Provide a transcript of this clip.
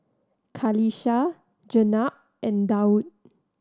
Qalisha Jenab and Daud